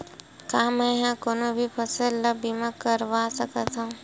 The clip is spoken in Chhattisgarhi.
का मै ह कोनो भी फसल के बीमा करवा सकत हव?